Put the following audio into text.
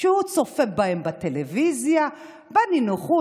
כשהוא צופה בהם בטלוויזיה בנינוחות,